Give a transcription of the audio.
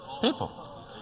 People